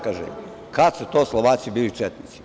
Kaže – kad su to Slovaci bili četnici?